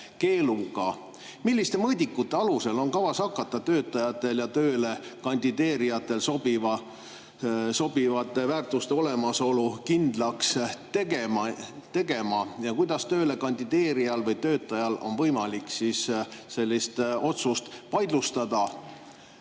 Milliste mõõdikute alusel on kavas hakata töötajatel ja tööle kandideerijatel sobivate väärtuste olemasolu kindlaks tegema ning kuidas tööle kandideerijal või töötajal on võimalik sellist otsust vaidlustada?